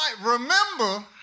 remember